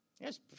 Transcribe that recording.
Yes